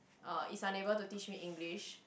uh is unable to teach me English